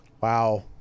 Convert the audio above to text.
Wow